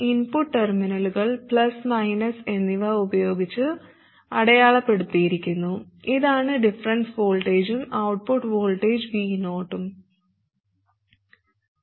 input ടെർമിനലുകൾ plus minus എന്നിവ ഉപയോഗിച്ച് അടയാളപ്പെടുത്തിയിരിക്കുന്നു ഇതാണ് ഡിഫറൻസ് വോൾട്ടേജും ഔട്ട്പുട്ട് വോൾട്ടേജ് Vo യും